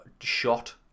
shot